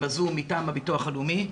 בזום מטעם הביטוח הלאומי,